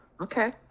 Okay